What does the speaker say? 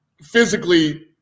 Physically